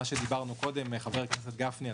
חבר הכנסת גפני,